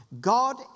God